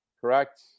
correct